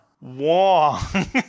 Wong